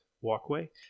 walkway